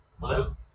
Hello